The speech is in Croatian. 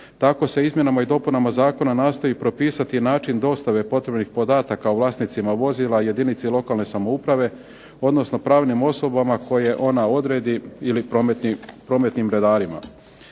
Tako se izmjenama i dopunama Zakona nastoji propisati način dostave potrebnih podataka o vlasnicima vozila jedinici lokalne samouprave odnosno pravnim osobama koje ona odredi ili prometnim redarima.